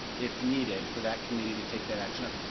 if needed, for that committee to take that action up?